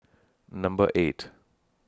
Number eight